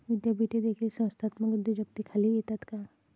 विद्यापीठे देखील संस्थात्मक उद्योजकतेखाली येतात का?